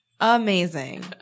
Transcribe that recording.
Amazing